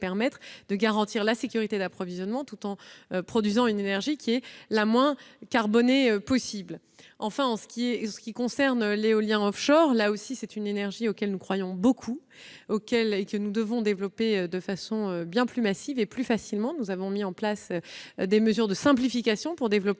de garantir la sécurité d'approvisionnement tout en produisant l'énergie la moins carbonée possible. J'en viens à l'éolien. C'est une énergie à laquelle nous croyons beaucoup et que nous devons développer de façon bien plus massive et plus facilement. Nous avons mis en place des mesures de simplification pour développer